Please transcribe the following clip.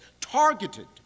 targeted